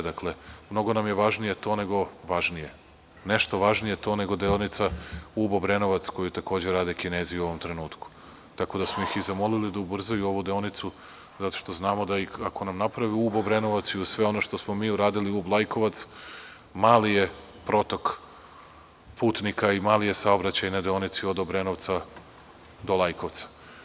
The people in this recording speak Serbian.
Dakle, nešto nam je važnije to nego deonica Ub – Obrenovac, koju takođe rade Kinezi u ovom trenutku, tako da smo ih i zamolili da ubrzaju ovu deonicu zato što znamo da ako nam naprave Ub – Obrenovac, i uz sve ono što smo mi uradili Ub – Lajkovac, mali je protok putnika i mali je saobraćaj na deonici od Obrenovca do Lajkovca.